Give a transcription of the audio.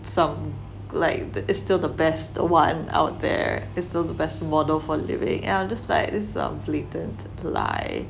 some like it is still the best one out there is still the best model for living and I'm just like this is a blatant lie